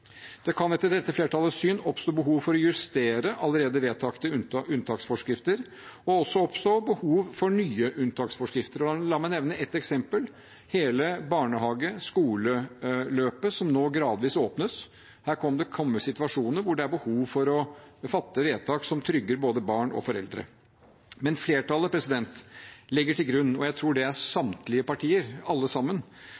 Det kan etter dette flertallets syn oppstå behov for å justere allerede vedtatte unntaksforskrifter – og også oppstå behov for nye unntaksforskrifter. La meg nevne ett eksempel: I hele barnehage- og skoleløpet som nå gradvis åpnes, kan det komme situasjoner hvor det er behov for å fatte vedtak som trygger både barn og foreldre. Men flertallet legger til grunn, og jeg tror det